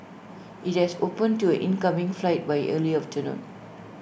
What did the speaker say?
IT had opened to incoming flights by early afternoon